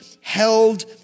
held